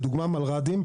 לדוגמה מלר"דים,